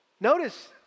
Notice